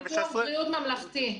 ביטוח בריאות ממלכתי.